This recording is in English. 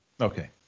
Okay